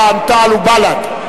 רע"ם-תע"ל ובל"ד.